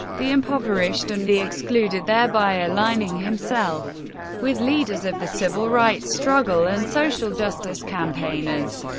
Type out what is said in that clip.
the impoverished, and the excluded, thereby aligning himself with leaders of the civil rights struggle and social justice campaigners,